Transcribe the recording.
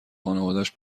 خانوادش